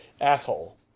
asshole